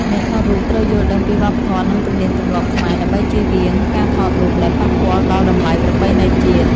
អ្នកថតរូបត្រូវយល់ដឹងពីវប្បធម៌ និងទំនៀមទម្លាប់ខ្មែរ ដើម្បីចៀសវាងការថតរូបដែលប៉ះពាល់ដល់តម្លៃប្រពៃណីជាតិ។